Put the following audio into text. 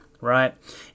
Right